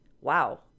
Wow